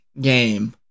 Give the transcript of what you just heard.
game